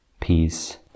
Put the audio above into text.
peace